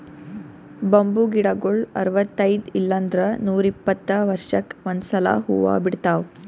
bamboo ಗಿಡಗೊಳ್ ಅರವತೈದ್ ಇಲ್ಲಂದ್ರ ನೂರಿಪ್ಪತ್ತ ವರ್ಷಕ್ಕ್ ಒಂದ್ಸಲಾ ಹೂವಾ ಬಿಡ್ತಾವ್